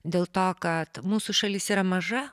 dėl to kad mūsų šalis yra maža